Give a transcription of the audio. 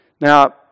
Now